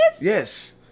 Yes